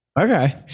Okay